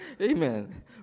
Amen